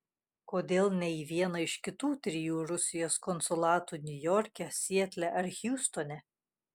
kodėl ne į vieną iš kitų trijų rusijos konsulatų niujorke sietle ar hjustone